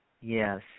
Yes